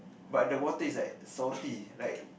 but the water is like salty like